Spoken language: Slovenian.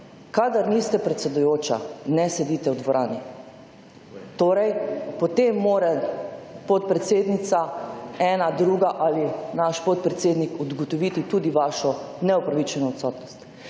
kadar niste predsedujoča, ne sedite v dvorani. Torej, potem mora podpredsednica, ena, druga ali naš podpredsednik, ugotoviti tudi vašo neupravičeno odsotnost.